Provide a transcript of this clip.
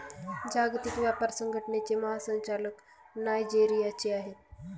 जागतिक व्यापार संघटनेचे महासंचालक नायजेरियाचे आहेत